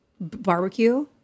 barbecue